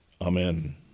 amen